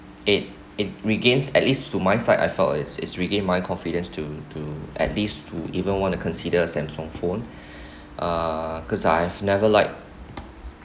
it it regains at least to my side I felt it's is regained my confidence to to at least to even want to consider Samsung phone uh because I have never like